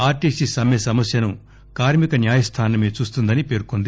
RTC సమ్మె సమస్యను కార్మిక న్యాయస్థానమే చూస్తుందని పేర్కొంది